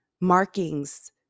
markings